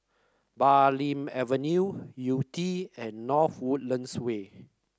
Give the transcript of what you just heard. Bulim Avenue Yew Tee and North Woodlands Way